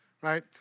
right